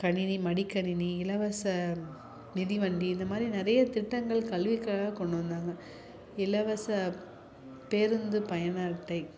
கணினி மடிக்கணினி இலவச மிதிவண்டி இந்த மாதிரி நிறைய திட்டங்கள் கல்விக்காக கொண்டு வந்தாங்க இலவச பேருந்து பயண அட்டை